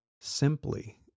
simply